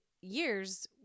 years